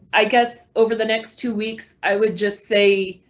i guess over the next two weeks i would just say.